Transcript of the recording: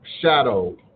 shadow